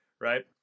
right